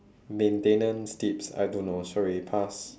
maintenance tips I don't know sorry pass